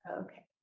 okay